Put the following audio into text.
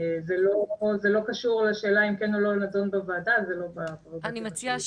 זה לא קשור לשאלה אם כן או לא נדון בוועדה -- אני מציעה